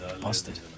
Busted